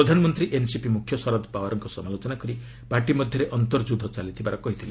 ପ୍ରଧାନମନ୍ତ୍ରୀ ଏନସିପି ମୁଖ୍ୟ ଶରଦ ପାୱାରଙ୍କ ସମାଲୋଚନା କରି ପାର୍ଟି ମଧ୍ୟରେ ଅର୍ନ୍ତଯୁଦ୍ଧ ଚାଲିଥିବା କହିଥିଲେ